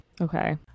Okay